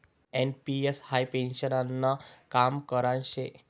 NPS हाई पेन्शननं काम करान शे